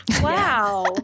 wow